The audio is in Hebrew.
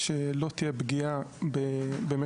הייתה לי שיחה לפני שבועיים בערך --- דני,